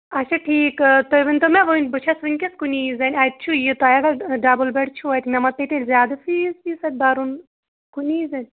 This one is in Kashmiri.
اچھا ٹھیٖک تُہۍ ؤنۍتو مےٚ وٕنۍ بہٕ چھَس وٕنۍکٮ۪س کُنی زٔنۍ اَتہِ چھُ یہِ تۄہہِ اگر ڈَبٕل بٮ۪ڈ چھُو اَتہِ مےٚ ما پیٚیہِ تیٚلہِ زیادٕ فیٖس ویٖس اَتہِ بَرُن کُنی زَنہِ